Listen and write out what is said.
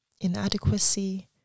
inadequacy